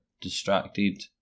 distracted